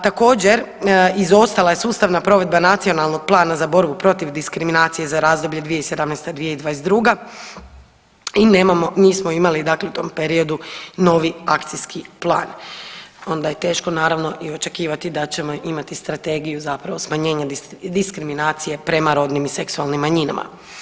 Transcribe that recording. Također izostala je sustavna provedba Nacionalnog plana za borbu protiv diskriminacije za razdoblje 2017.-2022. i nemamo, nismo imali dakle u tom periodu novi akcijski plan, onda je teško naravno i očekivati da ćemo imati strategiju zapravo smanjenje diskriminacije prema rodnim i seksualnim manjinama.